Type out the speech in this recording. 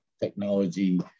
technology